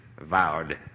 vowed